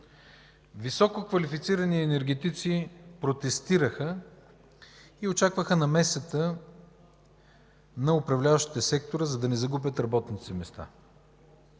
Висококвалифицирани енергетици протестираха и очакваха намесата на управляващите сектора, за да не загубят работните си места.